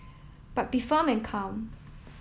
but be firm and calm